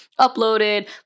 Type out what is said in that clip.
uploaded